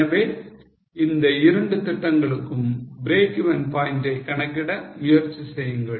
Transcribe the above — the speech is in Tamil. எனவே இந்த இரண்டு திட்டங்களுக்கும் breakeven points ஐ கணக்கிட முயற்சி செய்யுங்கள்